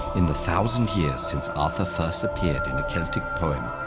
in the thousand years since arthur first appeared in a celtic poem,